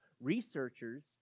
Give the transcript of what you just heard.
researchers